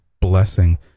blessing